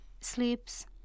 sleeps